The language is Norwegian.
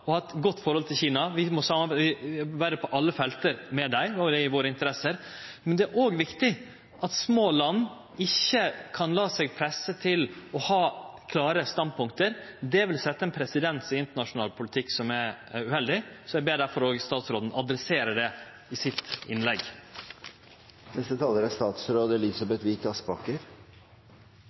å ha eit godt forhold til Kina. Vi må samarbeide på alle felt med dei – det er i vår interesse – men det er òg viktig at små land ikkje lèt seg presse til å ha klare standpunkt. Det vil setje ein presedens i internasjonal politikk som er uheldig. Eg ber difor statsråden om å adressere det i sitt innlegg.